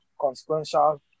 consequential